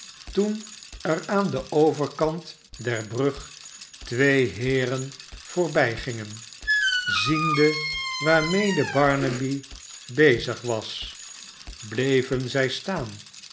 toen er aan den overkant der brug twee heeren voorbijgingen ziende waarmede barnaby bezig was bleven zij staan